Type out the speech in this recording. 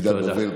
מגדל בבל,